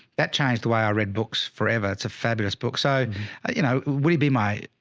that changed the way i read books forever. it's a fabulous book. so you know, would he be my,